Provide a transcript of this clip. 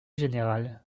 général